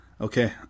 Okay